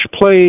play